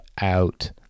out